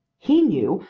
he knew,